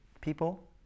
people